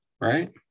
right